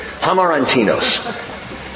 Hamarantinos